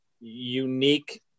unique